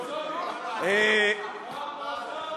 כרומוזומים, כרומוזומים.